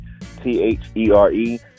T-H-E-R-E